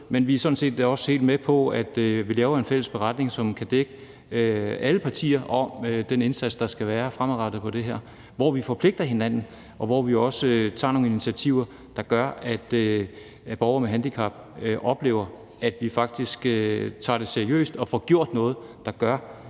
Og vi er sådan set også helt med på, at vi laver en fælles beretning, som kan dække alle partier, om den indsats, der skal være fremadrettet på det her område, hvor vi forpligter hinanden, og hvor vi også tager nogle initiativer, der gør, at borgere med handicap oplever, at vi faktisk tager det seriøst og får gjort noget, der gør,